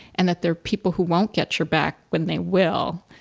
and that there are people who won't get your back when they will.